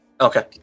Okay